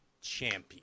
champion